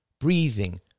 breathing